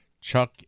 Chuck